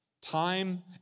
time